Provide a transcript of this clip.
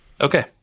Okay